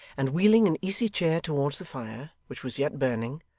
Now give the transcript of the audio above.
and wheeling an easy-chair towards the fire, which was yet burning,